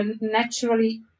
naturally